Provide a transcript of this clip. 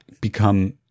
become